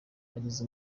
agize